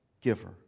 giver